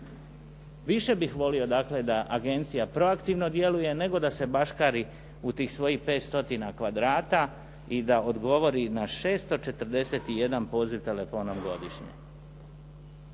Više bih volio, dakle, da agencija proaktivno djeluje nego da se baškari u tih svojih 5 stotina kvadrata i da odgovori na 641 poziv telefonom godišnje.